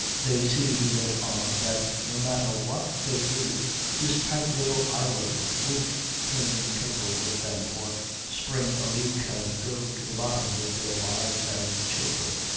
they see, he went on, that no matter what they do this tight little island won't turn turtle with them or spring a leak and go to the bottom with their wives and children.